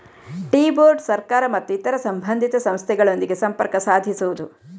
tea board ಸರ್ಕಾರ ಮತ್ತು ಇತರ ಸಂಬಂಧಿತ ಸಂಸ್ಥೆಗಳೊಂದಿಗೆ ಸಂಪರ್ಕ ಸಾಧಿಸುವುದು